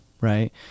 right